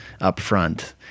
upfront